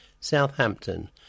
Southampton